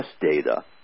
data